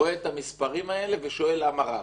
רואה את המספרים האלה ושואל: למה רק?